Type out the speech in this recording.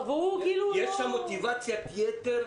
יש לו מוטיבציית יתר,